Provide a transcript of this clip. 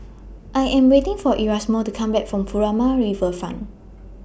I Am waiting For Erasmo to Come Back from Furama Riverfront